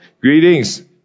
greetings